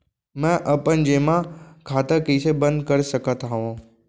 मै अपन जेमा खाता कइसे बन्द कर सकत हओं?